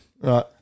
right